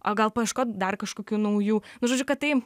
o gal paieškot dar kažkokių naujų nu žodžių kad tai